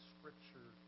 Scripture